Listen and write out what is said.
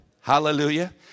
Hallelujah